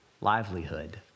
livelihood